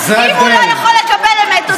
אם הוא לא יכול לקבל אמת.